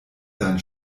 sein